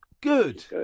Good